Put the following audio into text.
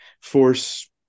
force